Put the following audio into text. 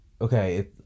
okay